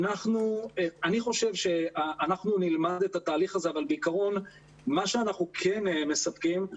אני חושב שאנחנו נלמד את התהליך הזה אבל בעיקרון מה שאנחנו כן מספקים,